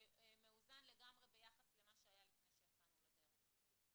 מאוזן לגמרי ביחס למה שהיה לפני שיצאנו לדרך.